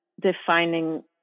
defining